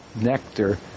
nectar